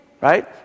right